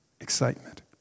excitement